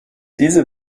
diese